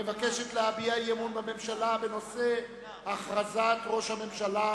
המבקשת להביע אי-אמון בממשלה בנושא: הכרזת ראש הממשלה